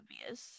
obvious